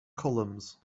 columns